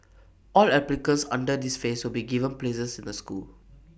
all applicants under this phase will be given places in the school